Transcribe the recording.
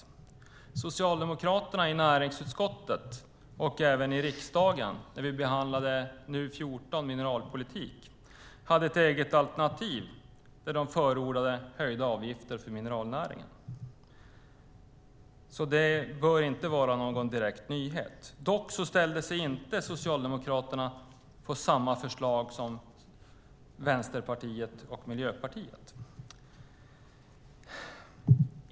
När vi behandlade NU14 Mineralpolitik hade Socialdemokraterna i riksdagen ett eget alternativ, där de förordade höjda avgifter för mineralnäringen. Det bör alltså inte vara någon direkt nyhet. Dock ställde sig Socialdemokraterna inte på samma förslag som Vänsterpartiet och Miljöpartiet.